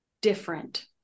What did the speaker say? different